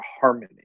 harmony